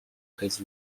his